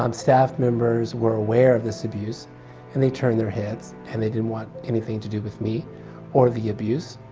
um staff members were aware of this abuse and they turned their heads and they didn't want anything to do with me or the abuse.